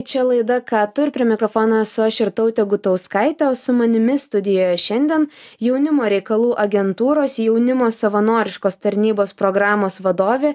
čia laida ką tu ir prie mikrofono esu aš ir irtautė gutauskaitė o su manimi studijoje šiandien jaunimo reikalų agentūros jaunimo savanoriškos tarnybos programos vadovė